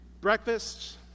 Breakfast